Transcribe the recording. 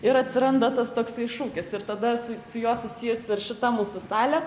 ir atsiranda tas toksai šūkis ir tada su juo susijus ir šita mūsų salė